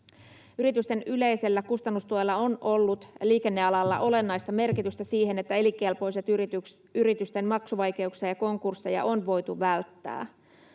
Yritysten yleisellä kustannustuella on ollut liikennealalla olennaista merkitystä siihen, että elinkelpoisten yritysten maksuvaikeuksia ja konkursseja on voitu välttää.